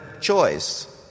choice